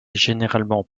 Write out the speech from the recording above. généralement